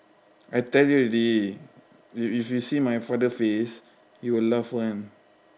I tell you already if if you see my father face you will laugh [one]